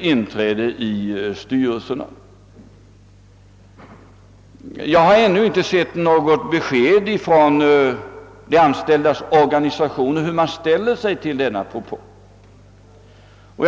inträde i styrelserna, men jag har ännu inte sett något besked från de anställdas organisationer om hur de ställer sig till denna propå.